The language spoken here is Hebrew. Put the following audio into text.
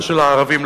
מה שלערבים,